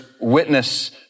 witness